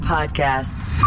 Podcasts